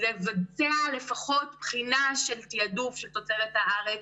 לבצע לפחות בחינה של תעדוף של תוצרת הארץ